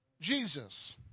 Jesus